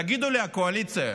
תגידו לי, הקואליציה,